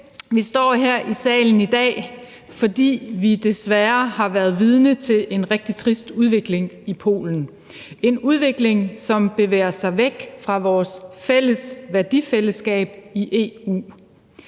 Vi står her i salen i dag, fordi vi desværre har været vidne til en rigtig trist udvikling i Polen. Det er en udvikling, som bevæger sig væk fra vores fælles værdifællesskab i EU